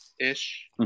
ish